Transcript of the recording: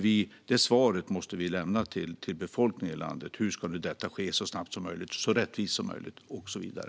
Vi måste lämna svaret till befolkningen i landet att detta ska ske så snabbt som möjligt, så rättvist som möjligt, och så vidare.